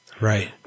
Right